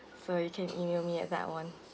so you can email me at that one